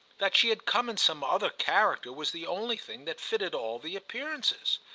that she had come in some other character was the only thing that fitted all the appearances.